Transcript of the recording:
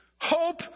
hope